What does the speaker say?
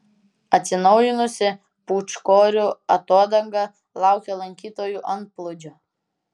atsinaujinusi pūčkorių atodanga laukia lankytojų antplūdžio